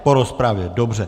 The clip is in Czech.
Po rozpravě, dobře.